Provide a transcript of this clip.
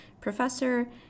professor